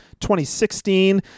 2016